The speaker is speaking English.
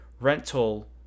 rental